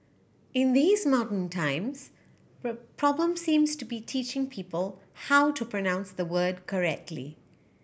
in these modern times the problem seems to be teaching people how to pronounce the word correctly